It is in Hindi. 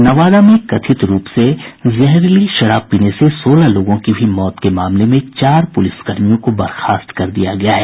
नवादा में कथित रूप से जहरीली शराब पीने से सोलह लोगों की हुई मौत के मामले में चार पुलिसकर्मियों को बर्खास्त कर दिया गया है